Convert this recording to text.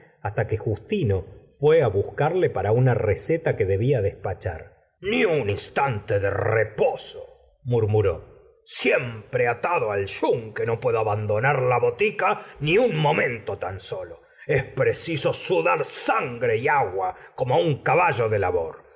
hasta que justino fué buscarle para una receta que debla despachar ni un instante de reposo murmuró siempre atado al yunque no puedo abandonar la botica ni un momento tan solo es preciso sudar san gre y agua como un caballo de labor